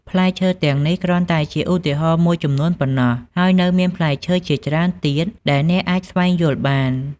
ផ្លែឈើទាំងនេះគ្រាន់តែជាឧទាហរណ៍មួយចំនួនប៉ុណ្ណោះ ហើយនៅមានផ្លែឈើជាច្រើនទៀតដែលអ្នកអាចស្វែងយល់បាន។